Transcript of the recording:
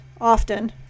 often